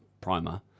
primer